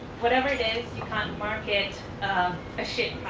whatever it is you can market a shit